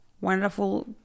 wonderful